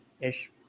ish